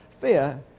Fear